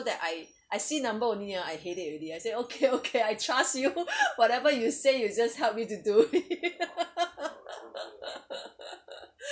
that I I see number only ah I hate it already I say okay okay I trust you whatever you say you just help me to do it